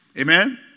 Amen